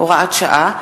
הוראת שעה),